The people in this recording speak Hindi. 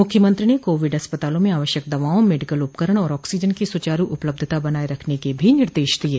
मुख्यमंत्री ने कोविड अस्पतालों में आवश्यक दवाओं मेडिकल उपकरण और ऑक्सीजन की सुचारू उपलब्धता बनाये रखने के भी निर्देश दिये